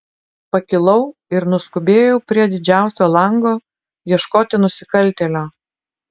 pakilau ir nuskubėjau prie didžiausio lango ieškoti nusikaltėlio